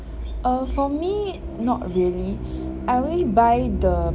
uh for me not really I only buy the